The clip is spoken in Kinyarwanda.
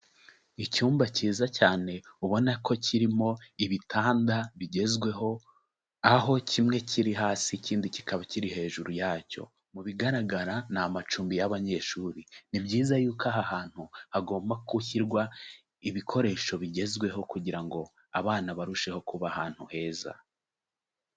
Icyumba cyiza cyane ubona ko kirimo ibitanda bigezweho, aho kimwe kiri hasi ikindi kikaba kiri hejuru yacyo, mu bigaragara ni amacumbi y'abanyeshuri. Ni byiza yuko aha hantu hagomba gushyirwa ibikoresho bigezweho kugira ngo abana barusheho kuba ahantu heza.